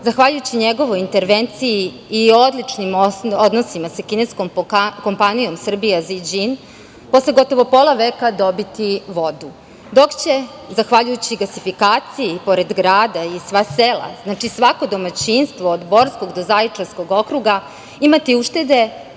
zahvaljujući njegovoj intervenciji i odličnim odnosima sa kineskom kompanijom „Srbija Ziđin“, posle gotovo pola veka dobiti vodu, dok će zahvaljujući gasifikaciji pored grada i sva sela, znači, svako domaćinstvo od Borskog do Zaječarskog okruga, imati uštede,